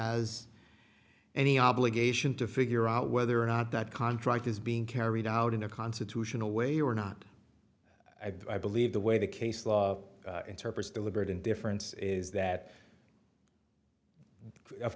has any obligation to figure out whether or not that contract is being carried out in a constitutional way or not i believe the way the case law interprets deliberate indifference is that of